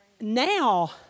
now